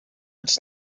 its